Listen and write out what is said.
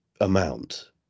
amount